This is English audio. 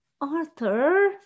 Arthur